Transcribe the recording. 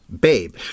Babe